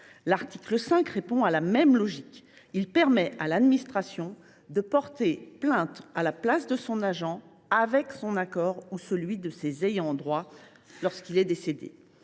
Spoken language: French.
L’article 5 suit la même logique : il permet à l’administration de porter plainte à la place de son agent avec son accord ou celui de ses ayants droit, s’il est décédé.